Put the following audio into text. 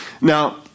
Now